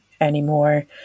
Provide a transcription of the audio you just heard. anymore